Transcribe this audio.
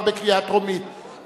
התשע"ב 2011,